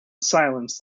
silence